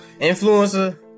Influencer